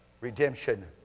redemption